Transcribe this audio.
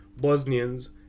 Bosnians